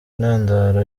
intandaro